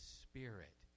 spirit